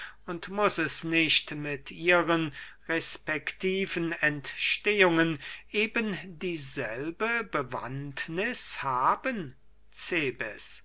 muß es nicht mit ihren respektiven entstehungen eben dieselbe bewandtniß haben cebes